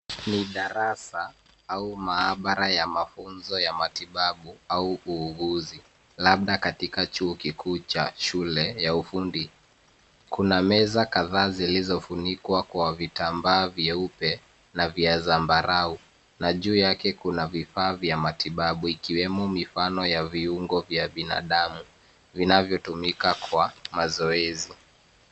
Ni darasa au maabara ya mafunzo ya matibabu au uuguzi, labda katika chuo kikuu cha shule ya ufundi. Kuna meza kadhaa zilizofunikwa kwa vitambaa vyeupe na vya zambarau na juu yake kuna vifaa vya matibabu ikiwemo mifano ya viungo vya binadamu, vinavyotumika kwa mazoezi.